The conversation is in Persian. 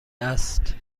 است